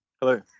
Hello